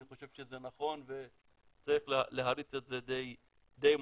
אני חושב שזה נכון וצריך להריץ את זה די מהר.